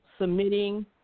submitting